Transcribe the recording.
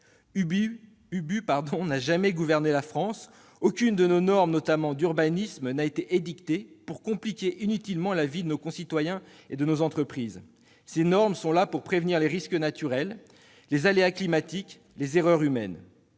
Ubu n'a jamais gouverné la France : aucune de nos normes, notamment en matière d'urbanisme, n'a été édictée pour compliquer inutilement la vie de nos concitoyens et de nos entreprises. Ces normes visent à prévenir les risques naturels, les aléas climatiques, les erreurs humaines.